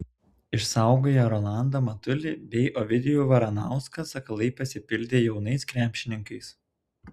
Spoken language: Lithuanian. išsaugoję rolandą matulį bei ovidijų varanauską sakalai pasipildė jaunais krepšininkais